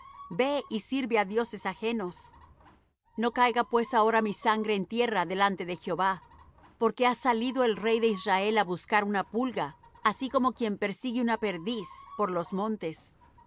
ve y sirve á dioses ajenos no caiga pues ahora mi sangre en tierra delante de jehová porque ha salido el rey de israel á buscar una pulga así como quien persigue una perdiz por los montes